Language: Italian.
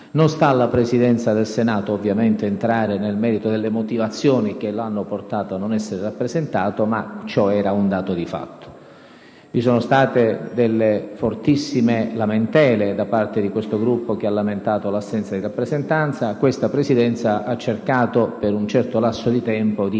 Non sta alla Presidenza del Senato, ovviamente, entrare nel merito delle motivazioni che lo hanno portato a non essere rappresentato, ma ciò era un dato di fatto. Vi sono state fortissime lamentele da parte di questo Gruppo, che ha lamentato l'assenza di rappresentanza. Questa Presidenza ha cercato per un certo lasso di tempo di